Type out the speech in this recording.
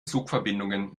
zugverbindungen